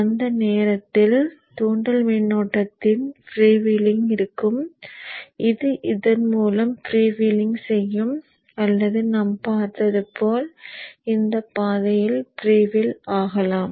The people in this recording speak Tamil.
அந்த நேரத்தில் தூண்டல் மின்னோட்டத்தின் ஃப்ரீவீலிங் இருக்கும் அது இதன் மூலம் ஃப்ரீவீல் செய்யும் அல்லது நாம் பார்த்தது போல் இந்தப் பாதையில் ஃப்ரீவீல் ஆகலாம்